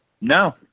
No